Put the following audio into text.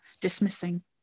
dismissing